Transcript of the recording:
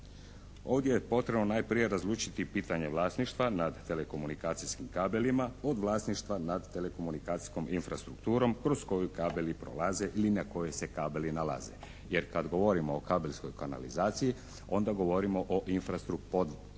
Ovdje je potrebno najprije razlučiti pitanje vlasništva nad telekomunikacijskim kabelima od vlasništva nad telekomunikacijskom infrastrukturom kroz koju kabeli prolaze ili na kojoj se kabeli nalaze jer kad govorimo o kabelskoj kanalizaciji onda govorimo o podzemnoj infrastrukturi,